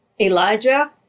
Elijah